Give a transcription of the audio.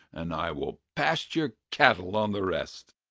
and i will pasture cattle on the rest.